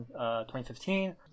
2015